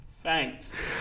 Thanks